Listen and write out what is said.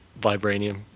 Vibranium